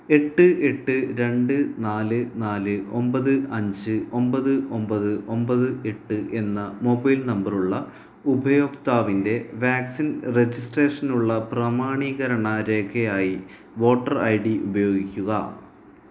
എട്ട് എട്ട് രണ്ട് നാല് നാല് ഒമ്പത് അഞ്ച് ഒമ്പത് ഒമ്പത് ഒമ്പത് എട്ട് എന്ന മൊബൈൽ നമ്പറുള്ള ഉപയോക്താവിന്റെ വാക്സിൻ രജിസ്ട്രേഷനുള്ള പ്രാമാണീകരണ രേഖയായി വോട്ടർ ഐ ഡി ഉപയോഗിക്കുക